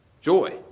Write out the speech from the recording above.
joy